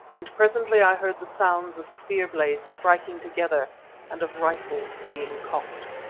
and presently i heard the sounds of spear-blades striking together and of rifles being cocked.